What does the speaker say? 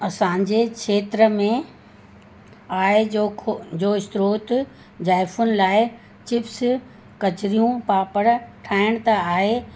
असांजे खेत्र में आय जो खो जो स्रोत जाइफ़ुनि लाइ चिप्स कचरियूं पापड़ ठाहिण त आहे